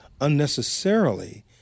unnecessarily